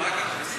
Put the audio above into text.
רק הכנסת.